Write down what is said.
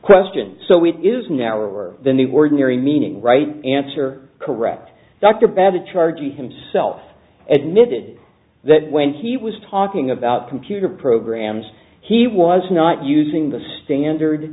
question so it is now or are the new ordinary meaning right answer correct dr bad the charge himself admitted that when he was talking about computer programs he was not using the standard